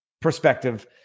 perspective